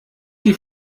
die